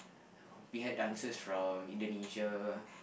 we had dancers from Indonesia